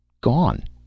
Gone